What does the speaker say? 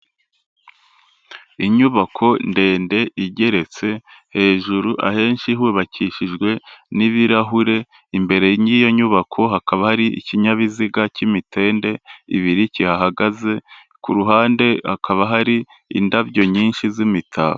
Inyubako ndende igeretse hejuru, ahenshi hubakishijwe n'ibirahure, imbere y'iyo nyubako hakaba hari ikinyabiziga cy'imitende ibiri kihahagaze, ku ruhande hakaba hari indabyo nyinshi z'imitako.